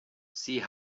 sie